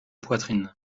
poitrine